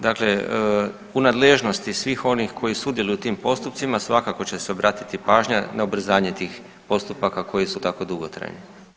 Dakle, u nadležnosti svih onih koji sudjeluju u tim postupcima svakako će se obratiti pažnja na ubrzanje tih postupaka koji su tako dugotrajni.